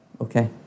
okay